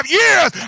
years